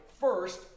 First